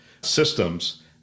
systems